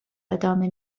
ادامه